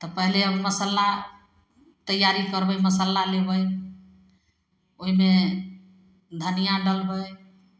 तऽ पहिले मसल्ला तैआरी करबै मसल्ला लेबै ओहिमे धनियाँ डालबै